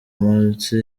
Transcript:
munsi